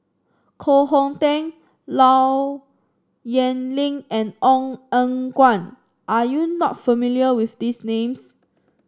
Koh Hong Teng Low Yen Ling and Ong Eng Guan are you not familiar with these names